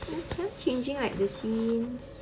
they keep on changing like the scenes